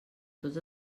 tots